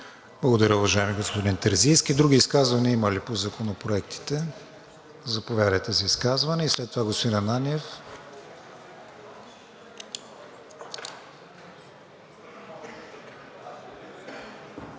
Благодаря, уважаеми господин Терзийски. Други изказвания има ли по законопроектите? Заповядайте за изказване и след това господин Ананиев.